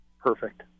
Perfect